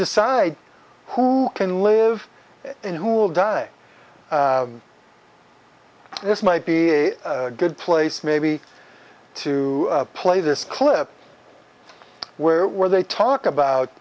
decide who can live in who will die this might be a good place maybe to play this clip where were they talk about